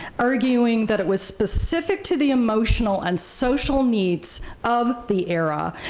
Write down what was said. arguing that it was specific to the emotional and social needs of the era,